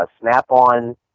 snap-on